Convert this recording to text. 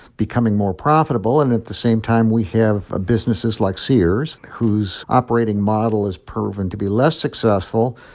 becoming more profitable. and at the same time, we have businesses like sears whose operating model has proven to be less successful.